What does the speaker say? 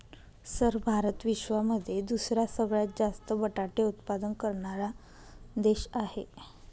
sir Bharat विश्वामध्ये दुसरा सगळ्यात जास्त बटाटे उत्पादन करणारा देश आहे